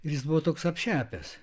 ir jis buvo toks apšepęs